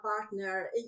partner